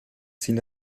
sind